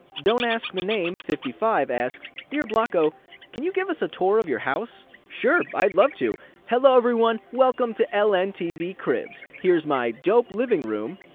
dontaskmehname fifty five dearblocko can you give us a tour of your house? sure! i'd love to! hello everyone welcome to lntv cribz. here's my dope living room.